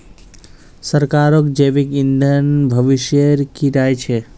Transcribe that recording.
सरकारक जैविक ईंधन भविष्येर की राय छ